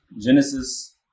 Genesis